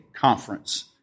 conference